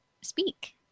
speak